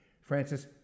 francis